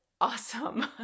awesome